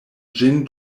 ĝin